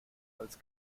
als